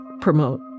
promote